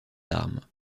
armes